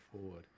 forward